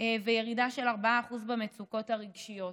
וירידה של 4% במצוקות הרגשיות.